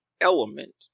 element